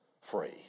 free